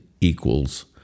equals